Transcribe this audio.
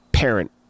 parent